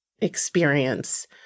experience